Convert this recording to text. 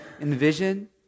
envision